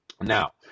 Now